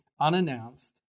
unannounced